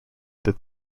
that